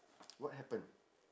what happen